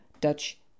Dutch